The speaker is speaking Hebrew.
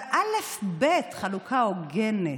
אבל אלף-בית, חלוקה הוגנת,